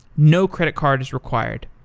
no credit card is required.